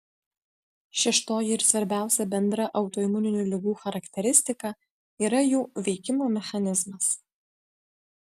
šeštoji ir svarbiausia bendra autoimuninių ligų charakteristika yra jų veikimo mechanizmas